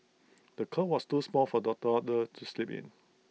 the cot was too small for the toddler to sleep in